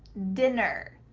dinner,